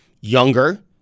younger